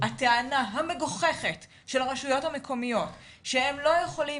הטענה המגוחכת של הרשויות המקומיות שהן בעצם לא יכולות